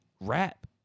Rap